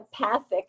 empathic